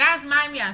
ואז מה הם יעשו?